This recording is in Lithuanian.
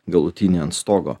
galutinį ant stogo